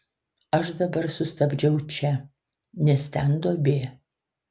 aš dabar sustabdžiau čia nes ten duobė